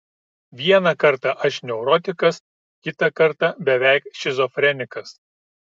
vieną kartą aš neurotikas kitą kartą beveik šizofrenikas